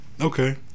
Okay